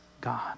God